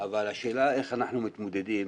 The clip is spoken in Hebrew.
אבל השאלה איך אנחנו מתמודדים